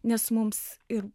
nes mums ir